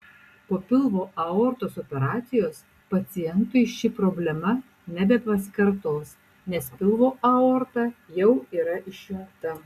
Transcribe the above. po pilvo aortos operacijos pacientui ši problema nebepasikartos nes pilvo aorta jau yra išjungta